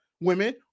women